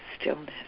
stillness